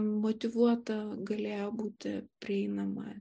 motyvuota galėjo būti prieinama